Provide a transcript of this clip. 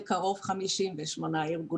בקרוב 58 ארגונים.